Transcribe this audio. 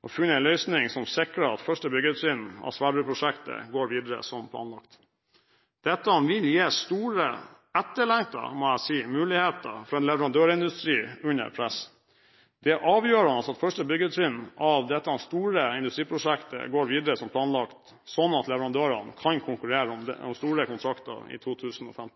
og funnet en løsning som sikrer at første byggetrinn av Sverdrup-prosjektet går videre som planlagt. Dette vil gi store – etterlengtede, må jeg si – muligheter for en leverandørindustri under press. Det er avgjørende at første byggetrinn av dette store industriprosjektet går videre som planlagt, sånn at leverandørene kan konkurrere om store kontrakter i 2015.